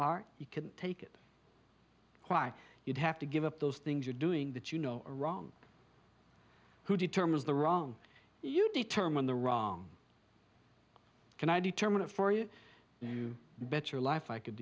are you couldn't take it why you'd have to give up those things you're doing that you know are wrong who determines the wrong you determine the wrong can i determine it for you you bet your life i could